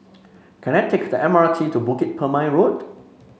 can I take the M R T to Bukit Purmei Road